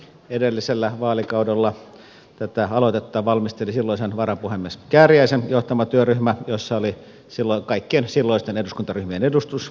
edellisellä vaalikaudella tätä aloitetta valmisteli silloisen varapuhemies kääriäisen johtama työryhmä jossa oli kaikkien silloisten eduskuntaryhmien edustus